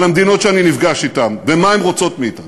המדינות שאני נפגש אתן ומה הן רוצות מאתנו.